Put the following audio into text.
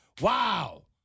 Wow